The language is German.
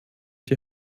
die